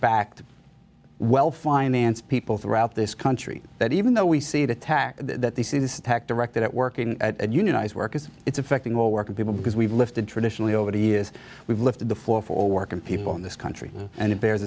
backed well financed people throughout this country that even though we see the attack that they see this attack directed at working at unionized workers it's affecting all working people because we've lifted traditionally over the years we've lifted the four for working people in this country and it bears